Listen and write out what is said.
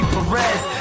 Perez